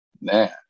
man